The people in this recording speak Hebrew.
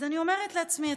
אז אני אומרת לעצמי,